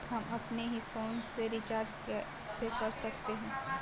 हम अपने ही फोन से रिचार्ज कैसे कर सकते हैं?